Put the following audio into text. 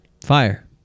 Fire